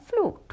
flute